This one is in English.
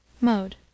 Mode